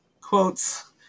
quotes